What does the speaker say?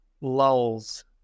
lulls